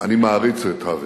שאני מעריץ את האוול.